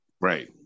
right